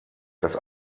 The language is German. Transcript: das